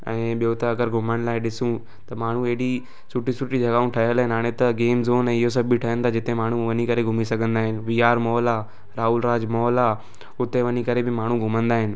ऐं ॿियो त अगरि घुमण लाइ ॾिसूं त माण्हू हेड़ी सुठी सुठी जॻहियूं ठहियलु आहिनि हाणे त गेम ज़ोन आहे इहे सभ बि ठवनि तां जिते माण्हू वञी करे घुमी सघंदा आहिनि वी आर मॉल अ राहुल राज मॉल आहे हुते वञी करे माण्हू घुमंदा आहिनि